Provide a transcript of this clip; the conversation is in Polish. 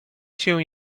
się